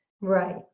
Right